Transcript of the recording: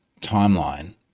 timeline